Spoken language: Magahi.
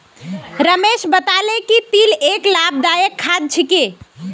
रमेश बताले कि तिल एक लाभदायक खाद्य छिके